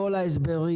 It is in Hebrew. כל ההסברים